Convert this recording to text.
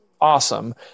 awesome